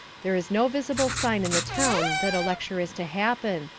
there is no visible sign in the town that a lecture is to happen,